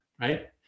right